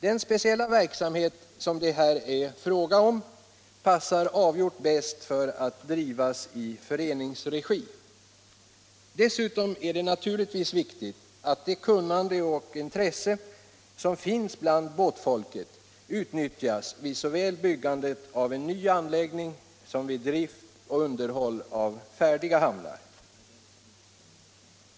Den speciella verksamhet som det här är fråga om passar avgjort bäst att drivas i föreningsregi. Dessutom är det naturligtvis viktigt att det kunnande och intresse som finns bland båtfolket utnyttjas såväl vid byggandet av en ny anläggning som vid drift och underhåll av färdiga hamnar.